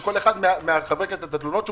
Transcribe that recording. התלונות שכל אחד מחברי הכנסת מקבל,